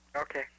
Okay